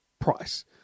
price